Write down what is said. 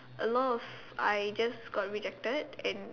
a lot of I just got rejected and